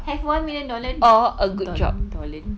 have one million dollar don~ dollar